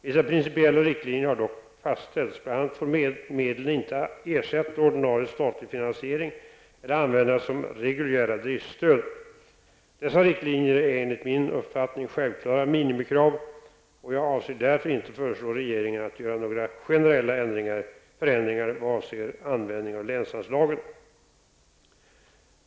Vissa principiella riktlinjer har dock fastställts. Bl.a. får medlen inte ersätta ordinarie statlig finansiering eller användas som reguljära driftsstöd. Dessa riktlinjer är enligt min uppfattning självklara minimikrav, och jag avser därför inte föreslå regeringen att göra några generella förändringar vad avser användningen av länsanslagen.